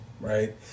Right